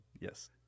Yes